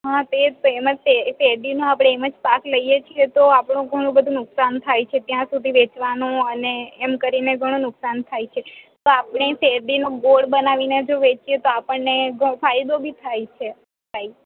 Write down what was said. હાં તે તેમજ શેરડી નો તે એમ જ પાક લઈએ છીએ તો આપણું ઘણું બધું નુકશાન થાય છે ત્યાં સુધી વેચવાનું અને એમ કરીને ઘણું નુકશાન થાય છે તો આપણે શેરડીનો ગોળ બનાવીને જો વેચીએ તો આપણને ઘ ફાયદો બી થાય છે